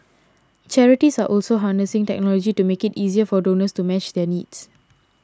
charities are also harnessing technology to make it easier for donors to match their needs